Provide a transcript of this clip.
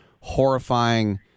horrifying